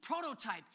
prototype